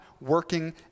working